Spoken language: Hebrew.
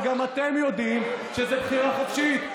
גם אתם יודעים שזאת בחירה חופשית.